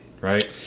right